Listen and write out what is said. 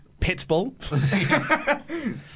Pitbull